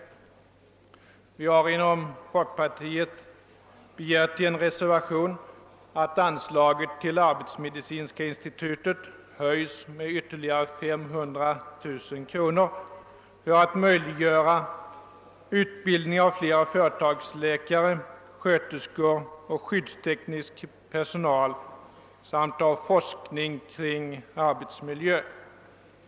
Vi inom folkpartiet har i en reservation begärt att anslaget till arbetsmedicinska institutet skall höjas med ytterligare 500 000 kronor för att man skall möjliggöra utbildning av flera företagsläkare och sköterskor och av skyddsteknisk personal samt forskning kring arbetsmiljö.